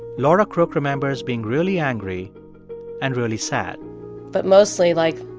laura crook remembers being really angry and really sad but mostly, like,